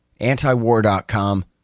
antiwar.com